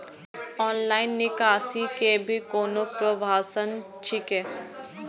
Online निकासी के भी कोनो प्रावधान छै की?